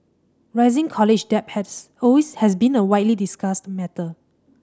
rising college debt have always has been a widely discussed matter